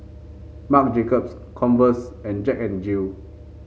Marc Jacobs Converse and Jack N Jill